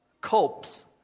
copes